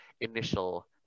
initial